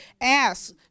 ask